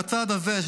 בצד הזה,